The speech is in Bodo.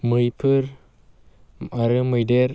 मैफोर आरो मैदेर